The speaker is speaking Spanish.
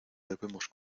debemos